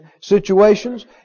situations